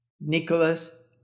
Nicholas